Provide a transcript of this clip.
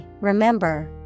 remember